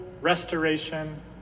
restoration